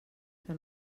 que